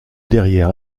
derrière